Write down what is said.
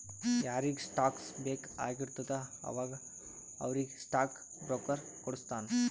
ಯಾರಿಗ್ ಸ್ಟಾಕ್ಸ್ ಬೇಕ್ ಆಗಿರ್ತುದ ಅವಾಗ ಅವ್ರಿಗ್ ಸ್ಟಾಕ್ ಬ್ರೋಕರ್ ಕೊಡುಸ್ತಾನ್